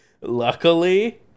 Luckily